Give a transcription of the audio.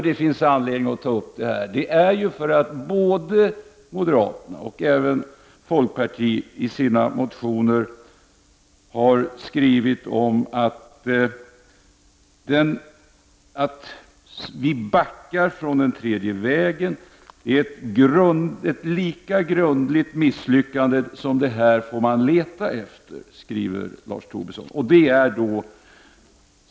Det finns anledning att ta upp det här eftersom både moderaterna och folkpartiet har skrivit om det i sina motioner och påstår att vi backar från den tredje vägen. Lars Tobisson skriver att man får leta efter ett lika grundligt misslyckande som detta.